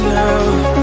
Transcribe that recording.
now